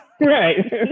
Right